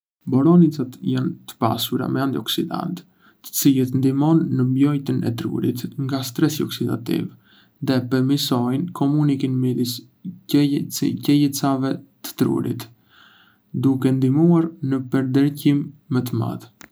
Boronicat janë të pasura me antioksidantë, të cilët ndihmojnë në mbrojtjen e trurit nga stresi oksidativ dhe përmirësojnë komunikimin midis qelizave të trurit, duke ndihmuar në përqendrim më të madh.